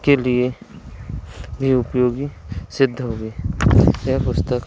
के लिए भी उपयोगी सिद्ध होगी यह पुस्तक